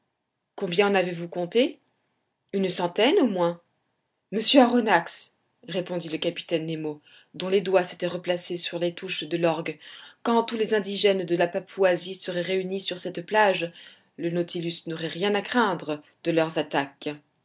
combien en avez-vous compté une centaine au moins monsieur aronnax répondit le capitaine nemo dont les doigts s'étaient replacés sur les touches de l'orgue quand tous les indigènes de la papouasie seraient réunis sur cette plage le nautilus n'aurait rien à craindre de leurs attaques